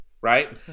Right